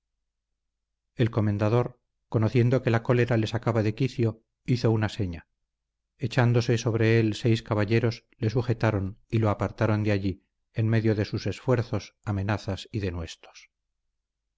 el comendador conociendo que la cólera le sacaba de quicio hizo una seña echándose sobre él seis caballeros le sujetaron y lo apartaron de allí en medio de sus esfuerzos amenazas y denuestos